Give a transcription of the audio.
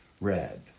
red